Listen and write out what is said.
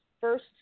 first